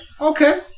okay